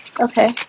Okay